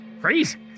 crazy